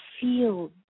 feel